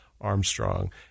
Armstrong